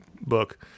book